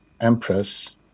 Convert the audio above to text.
Empress